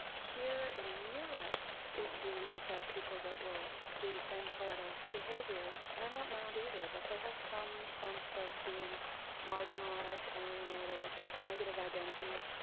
here in europe if you look at people that will do the same sort of behaviours, they are not mad either but they have some sense of being marginalised, alienated, negative identity.